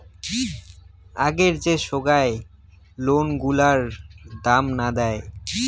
আগের যে সোগায় লোন গুলার দাম না দেয়